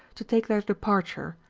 to take their departure,